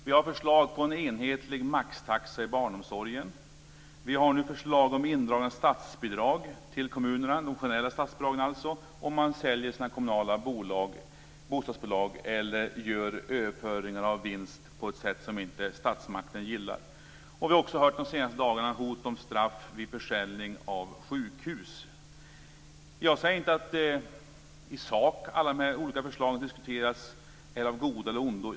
Vi har förslag på en enhetlig maxtaxa i barnomsorgen. Vi har nu förslag om indragningar av de generella statsbidragen till kommunerna om man säljer sina kommunala bostadsbolag eller gör överföringar av vinst på ett sätt som inte statsmakten gillar. Vi har också hört de senaste dagarna hot om straff vid försäljning av sjukhus. Jag säger inte att alla de olika förslagen som diskuterats i sak är av godo eller av ondo.